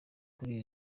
kuri